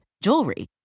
jewelry